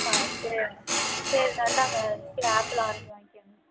ஆ சரிண்ணா சரிண்ணா இந்தாங்க ஒரு கிலோ ஆப்பிளும் ஆரேஞ்சும் வாங்கிக்கோங்க